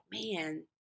man